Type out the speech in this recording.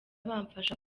bamfasha